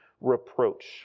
reproach